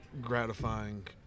gratifying